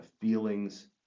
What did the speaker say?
feelings